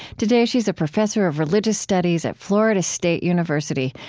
today, she's a professor of religious studies at florida state university,